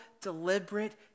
deliberate